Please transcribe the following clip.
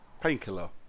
Painkiller